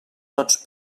tots